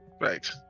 Right